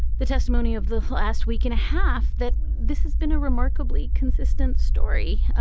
the testimony of the last week and a half, that this has been a remarkably consistent story,